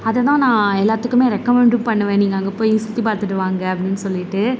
அதைதான் நான் எல்லாத்துக்குமே ரெக்கமண்டும் பண்ணுவேன் நீங்கள் அங்கே போய் சுற்றி பார்த்துட்டு வாங்க அப்படினு சொல்லிவிட்டு